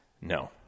No